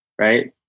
right